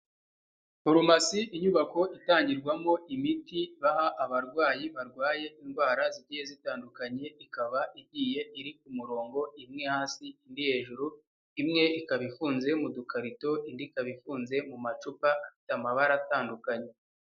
Farumasi inyubako itangirwamo imiti baha abarwayi barwaye indwara zigiye zitandukanye, ikaba igiye iri ku murongo imwe hasi indi hejuru, imwe ikaba ifunze mu dukarito indi ikaba ifunze mu macupa afite amabara atandukanye.